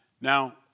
Now